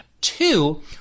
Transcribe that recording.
Two